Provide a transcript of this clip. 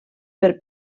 per